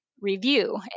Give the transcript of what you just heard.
review